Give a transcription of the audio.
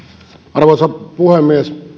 arvoisa puhemies